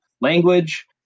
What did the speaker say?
language